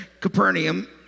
capernaum